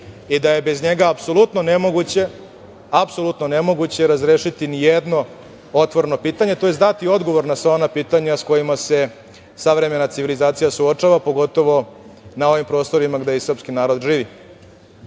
i da je bez njega apsolutno nemoguće razrešiti nijedno otvoreno pitanje, tj. dati odgovor na sva ona pitanja sa kojima se savremena civilizacija suočava, pogotovo na ovim prostorima gde i srpski narod živi. Kada